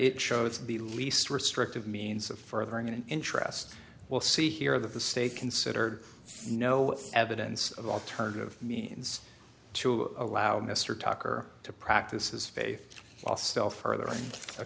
it shows the least restrictive means of furthering an interest we'll see here that the state considered no evidence of alternative means to allow mr tucker to practice his faith while still further on a